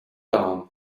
down